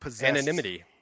anonymity